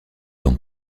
dans